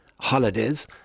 holidays